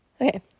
okay